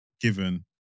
given